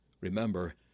Remember